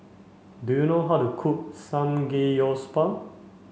do you know how to cook Samgeyopsal